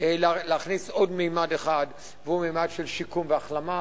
להכניס עוד ממד אחד, והוא ממד של שיקום והחלמה,